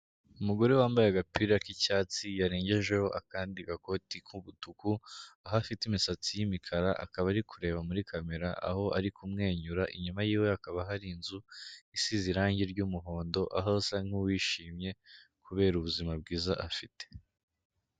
Umugore wambaye agapira k'icyatsi yarengejeho akandi gakoti k'umutuku, aho afite imisatsi yi'mikara akaba ari kureba muri camera aho ari kumwenyura, inyuma y'iwe hakaba hari inzu isize irangi ry'umuhondo, aho asa nk'uwishimye kubera ubuzima bwiza afite.